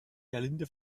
gerlinde